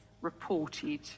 reported